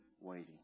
waiting